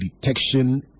detection